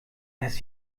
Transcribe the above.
das